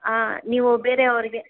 ಹಾಂ ನೀವು ಬೇರೆ ಅವ್ರಿಗೆ